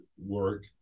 work